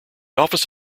office